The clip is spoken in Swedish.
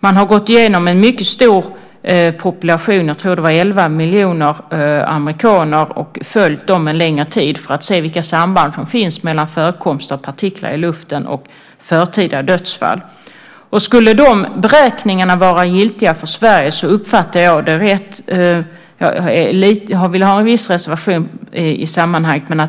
Man har gått igenom en mycket stor population - jag tror att det var 11 miljoner amerikaner - och följt den under en längre tid för att se vilka samband som finns mellan förekomster av partiklar i luften och förtida dödsfall. Om de beräkningarna skulle vara giltiga för Sverige så handlar